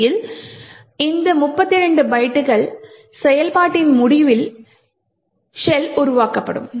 இறுதியில் இந்த 32 பைட்டுகள் செயல்பாட்டின் முடிவில் ஷெல் உருவாக்கப்படும்